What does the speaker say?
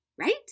right